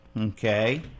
Okay